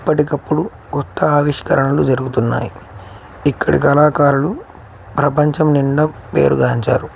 ఎప్పటికప్పుడు కొత్త ఆవిష్కరణలు జరుగుతున్నాయి ఇక్కడి కళాకారులు ప్రపంచం నిండా పేరుగాంచారు